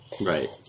Right